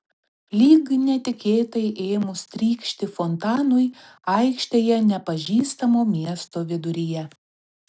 lyg netikėtai ėmus trykšti fontanui aikštėje nepažįstamo miesto viduryje